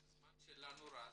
הזמן שלנו רץ.